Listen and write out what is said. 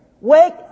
Wake